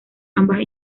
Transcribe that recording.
ambas